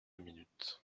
minutes